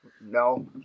No